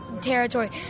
territory